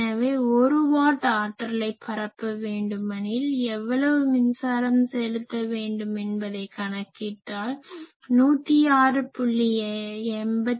எனவே 1 வாட் ஆற்றலை பரப்ப வேண்டுமெனில் எவ்வளவு மின்சாரம் செலுத்த வேண்டும் என்பதை கணக்கிட்டால் 106